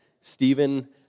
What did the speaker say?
Stephen